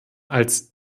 als